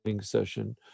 session